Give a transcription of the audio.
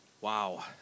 Wow